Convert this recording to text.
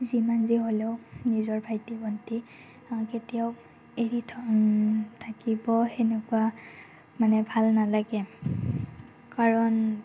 যিমান যি হ'লেও নিজৰ ভাইটি ভণ্টি কেতিয়াও এৰিথৈ থাকিব সেনেকুৱা মানে ভাল নালাগে কাৰণ